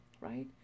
right